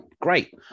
great